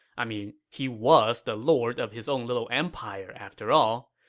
i mean, he was the lord of his own little empire, after all.